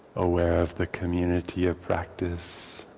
aware of the community of practice.